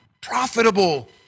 profitable